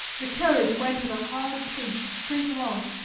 the carriage went at a hard pace straight along,